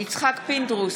יצחק פינדרוס,